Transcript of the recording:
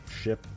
ship